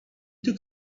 took